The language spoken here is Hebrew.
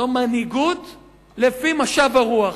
זו מנהיגות לפי משב הרוח.